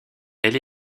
elle